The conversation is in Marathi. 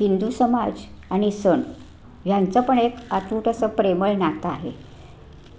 हिंदू समाज आणि सण ह्यांचं पण एक अतूट असं प्रेमळ नातं आहे